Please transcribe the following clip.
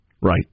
Right